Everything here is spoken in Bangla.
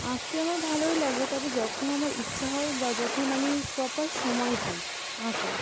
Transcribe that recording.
আঁকতে আমার ভালোই লাগে তবে যখন আমার ইচ্ছা হয় বা যখন আমি প্রপার সময় পাই আঁকার